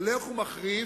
הולך ומחריף,